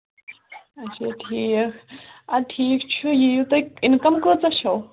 اَچھا ٹھیٖک اَدٕ ٹھیٖک چھُ یِیو تُہۍ اِنکَم کٲژاہ چھَو